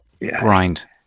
Grind